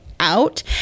out